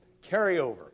carryover